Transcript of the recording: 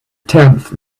tenth